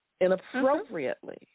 Inappropriately